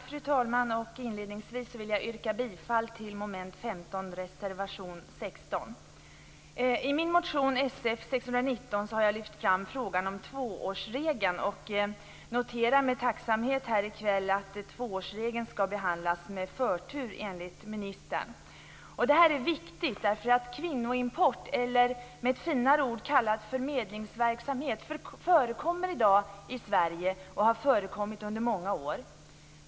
Fru talman! Inledningsvis vill jag yrka bifall till reservation 16 under mom. 15. I min motion Sf619 har jag lyft fram frågan om tvåårsregeln och noterar med tacksamhet här i kväll att tvåårsregeln skall behandlas med förtur, enligt ministern. Detta är viktigt därför att kvinnoimport eller, med ett finare ord kallat, förmedlingsverksamhet förekommer och har förekommit under många år här i Sverige.